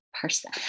person